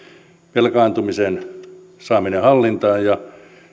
velkaantumisen saaminen hallintaan ja